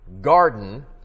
garden